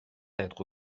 être